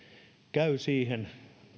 käy siihen